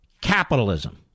capitalism